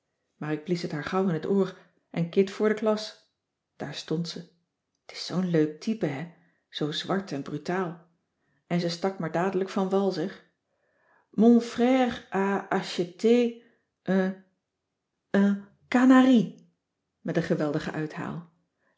maar ik blies het haar gauw in t oor en kit voor de klas daar stond ze t is zoo'n leuk type hè zoo zwart en brutaal en ze stak maar dadelijk van wal zeg mon frère a acheté un un canarie met een geweldigen uithaal